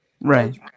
Right